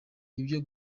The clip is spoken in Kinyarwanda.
ibyo